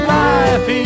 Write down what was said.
life